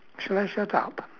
should I shut up